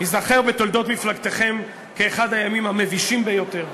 ייזכר בתולדות מפלגתכם כאחד הימים המבישים ביותר.